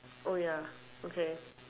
oh ya okay